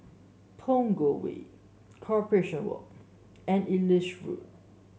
Punggol Way Corporation Walk and Ellis Road